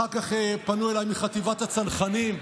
אחר כך פנו אליי מחטיבת הצנחנים,